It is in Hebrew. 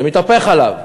זה מתהפך עליו.